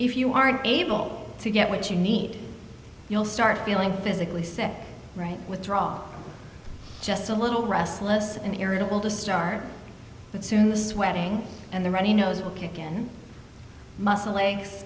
if you aren't able to get what you need you'll start feeling physically sick right withdraw just a little restless and irritable to start with soon the sweating and the ready nose will kick in muscle aches